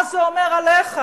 מה זה אומר עליך?